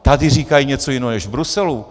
Tady říkají něco jiného než v Bruselu!